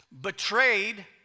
betrayed